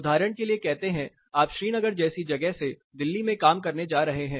उदाहरण के लिए कहते हैं आप श्रीनगर जैसी जगह से दिल्ली में काम करने जा रहे हैं